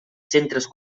centres